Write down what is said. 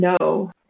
no